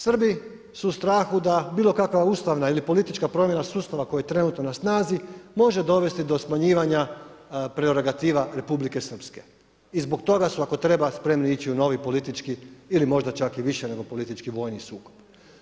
Srbi su u strahu da bilo kakva ustavna ili politička promjena sustava koji je trenutno na snazi može dovesti do smanjivanja prerogativa Republike Srpske i zbog toga su ako treba spremni ići u novi politički ili možda čak i više nego politički vojni sukob.